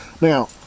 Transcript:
now